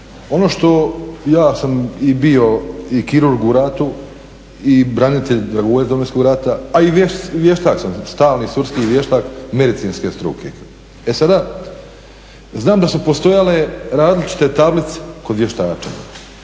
ono što, ja sam bio kirurg u ratu i branitelj i dragovoljac Domovinskog rata, a i vještak sam stalni sudski vještak medicinske struke. E sada znam da su postojale različite tablice kod vještačenja